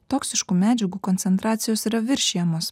toksiškų medžiagų koncentracijos yra viršijamos